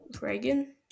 Reagan